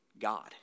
God